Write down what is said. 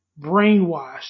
brainwashed